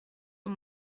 aux